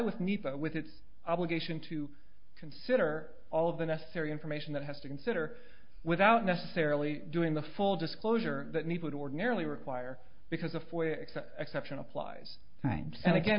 needs with its obligation to consider all of the necessary information that has to consider without necessarily doing the full disclosure that need would ordinarily require because of exception applies right and